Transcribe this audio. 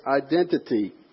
identity